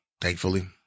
thankfully